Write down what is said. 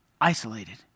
isolated